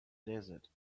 desert